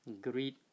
greed